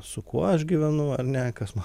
su kuo aš gyvenu ar ne kas man